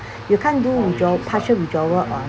you can't do withdraw partial withdrawal on